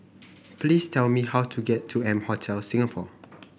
please tell me how to get to M Hotel Singapore